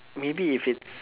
maybe if it's